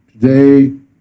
Today